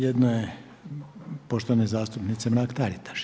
Jedno je poštovane zastupnice Mrak Taritaš.